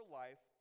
life